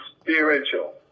spiritual